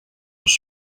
les